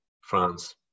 France